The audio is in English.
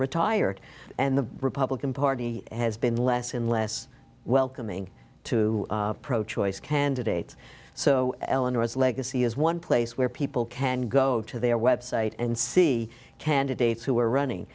retired and the republican party has been less and less welcoming to pro choice candidate so eleanor's legacy is one place where people can go to their website and see candidates who are running